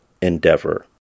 endeavor